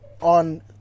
on